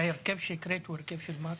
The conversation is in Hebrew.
סליחה, ההרכב שהקראת פה הוא הרכב של מה?